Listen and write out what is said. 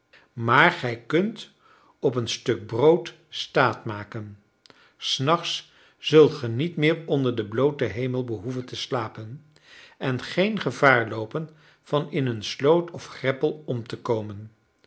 maar gij kunt op een stuk brood staatmaken s nachts zult ge niet meer onder den blooten hemel behoeven te slapen en geen gevaar loopen van in een sloot of greppel om te komen